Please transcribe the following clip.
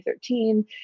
2013